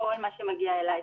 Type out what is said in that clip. כל מה שמגיע אליי,